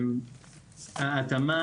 הנטייה